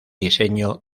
diseño